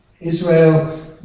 Israel